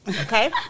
Okay